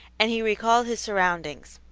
and he recalled his surroundings.